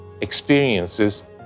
experiences